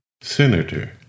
Senator